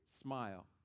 Smile